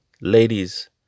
ladies